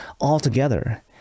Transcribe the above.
altogether